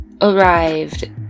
arrived